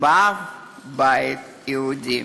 באף בית יהודי.